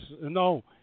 No